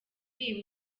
iyi